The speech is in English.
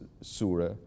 Surah